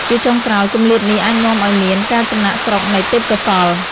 ជាចុងក្រោយ គម្លាតនេះអាចនាំឱ្យមាន ការចំណាកស្រុកនៃទេពកោសល្យ។